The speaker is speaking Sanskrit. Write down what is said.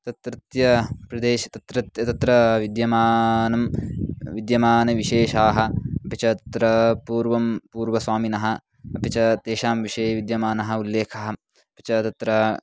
तत्रत्यप्रदेशः तत्र तत्र विद्यमानं विद्यमानविशेषाः अपि च तत्र पूर्वं पूर्वतनस्वामिनः अपि च तेषां विषये विद्यमानः उल्लेखः अपि च तत्र